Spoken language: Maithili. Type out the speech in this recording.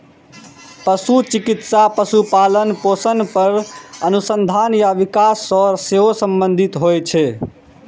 पशु चिकित्सा पशुपालन, पोषण पर अनुसंधान आ विकास सं सेहो संबंधित होइ छै